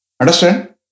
Understand